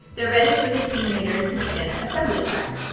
they're ready for the team leaders to begin assembly check.